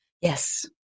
Yes